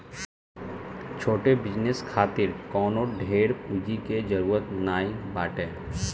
छोट बिजनेस खातिर कवनो ढेर पूंजी के जरुरत नाइ बाटे